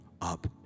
up